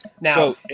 Now